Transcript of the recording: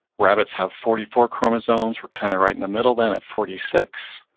rabbits have forty four chromosomes. we're kind of right in the middle then at forty six.